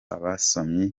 abasomyi